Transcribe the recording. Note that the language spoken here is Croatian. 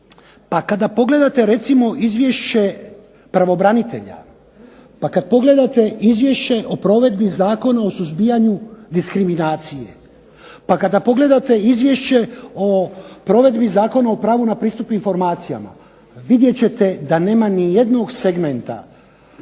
pa kada pogledate recimo Izvješće pravobranitelja, pa kad pogledate Izvješće o provedbi Zakona o suzbijanju diskriminacije, pa kada pogledate Izvješće o provedbi Zakona o pravu na pristup informacijama vidjet ćete da nema ni jednog segmenta